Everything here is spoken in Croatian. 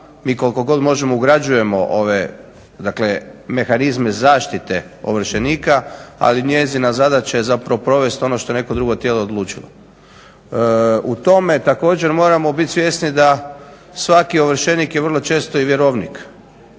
Mi koliko god možemo ugrađujemo ove mehanizme zaštite ovršenika ali njezina zadaća je provesti ono što je neko drugo tijelo odlučilo. U tome također moramo biti svjesni da je svaki ovršenik vrlo često i vjerovnik